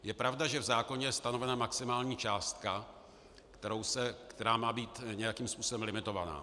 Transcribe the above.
Je pravda, že v zákoně je stanovena maximální částka, která má být nějakým způsobem limitovaná.